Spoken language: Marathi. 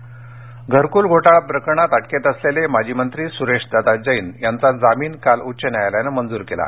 जळगाव घरक्ल घोटाळा प्रकरणात अटकेत असलेले माजी मंत्री सुरेशदादा जैन यांचा जमीन काल उच्च न्यायालयानं मंजूर केला